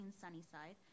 Sunnyside